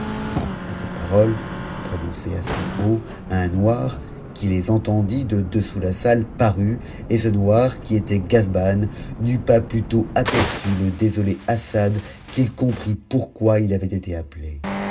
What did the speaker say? a ces paroles prononcées assez haut un noir qui les entendit de dessous la salle parut et ce noir qui était gazban n'eut pas plutôt aperçu h desoté assad qu'il comprit pourquoi il avait été appelé